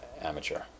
amateur